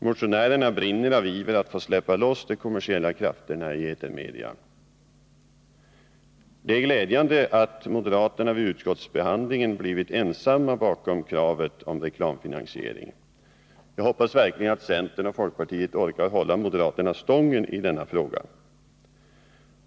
Motionärerna brinner av iver att få släppa loss de kommersiella krafterna i etermedia. Det är glädjande att moderaterna vid utskottsbehandlingen blivit ensamma bakom kravet om reklamfinansiering. Jag hoppas verkligen att centern och folkpartiet orkar hålla moderaterna stången i denna fråga.